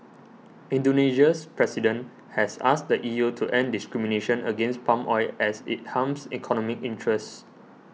Indonesia's President has asked the E U to end discrimination against palm oil as it harms economic interests